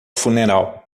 funeral